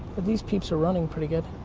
these peeps are running pretty good.